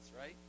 right